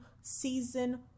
season